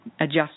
adjust